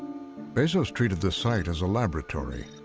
bezos treated the site as a laboratory,